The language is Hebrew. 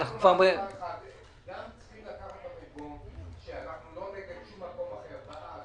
צריך לקחת בחשבון שאנחנו לא נגד מקום אחר אלא בעד,